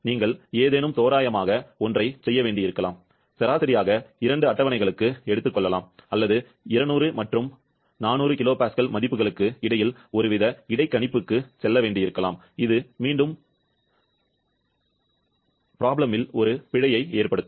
நீங்கள் ஏதேனும் தோராயமாக ஒன்றைச் செய்ய வேண்டியிருக்கலாம் சராசரியாக இரண்டு அட்டவணைகளுக்கு எடுத்துக்கொள்ளலாம் அல்லது 200 மற்றும் 400 kPa மதிப்புகளுக்கு இடையில் ஒருவித இடைக்கணிப்புக்கு செல்ல வேண்டியிருக்கலாம் இது மீண்டும் பிழை சிக்கலை ஏற்படுத்தும்